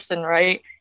right